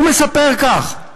הוא מספר כך,